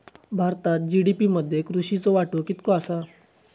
भारतात जी.डी.पी मध्ये कृषीचो वाटो कितको आसा?